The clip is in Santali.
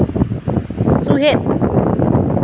ᱥᱩᱦᱮᱫ